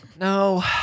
No